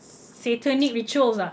satanic rituals ah